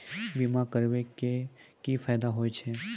बीमा करबै के की फायदा होय छै?